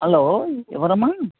hello ఎవరు అమ్మా